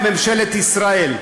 בממשלת ישראל.